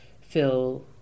feel